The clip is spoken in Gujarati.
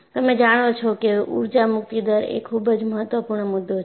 તમે જાણો છો કે ઊર્જા મુક્તિ દર એ ખૂબ જ મહત્વપૂર્ણ મુદ્દો છે